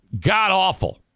god-awful